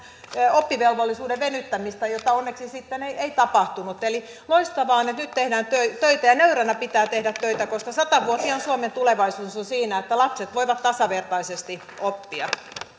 oppivelvollisuuden venyttämistä jota onneksi sitten ei ei tapahtunut eli loistavaa on että nyt tehdään töitä ja nöyränä pitää tehdä töitä koska sata vuotiaan suomen tulevaisuus on siinä että lapset voivat tasavertaisesti oppia